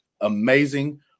amazing